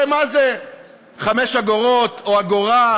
הרי מה זה 5 אגורות או אגורה?